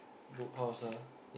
Book House ah